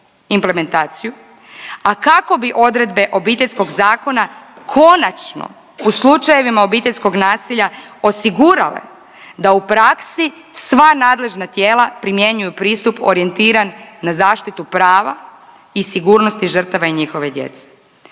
implementaciju, a kako bi odredbe Obiteljskog zakona konačno u slučajevima obiteljskog nasilja osigurale da u praksi sva nadležna tijela primjenjuju pristup orijentiran na zaštitu prava i sigurnosti žrtava i njihove djece.